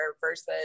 versus